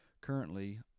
currently